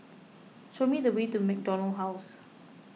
show me the way to MacDonald House